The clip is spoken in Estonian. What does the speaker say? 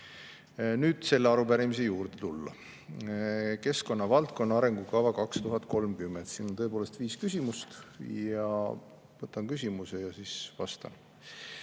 Nüüd selle arupärimise juurde tulles, keskkonnavaldkonna arengukava 2030. Siin on tõepoolest viis küsimust. Võtan küsimuse ja siis vastan.